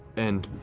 and